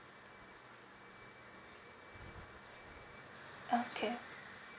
okay